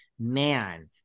man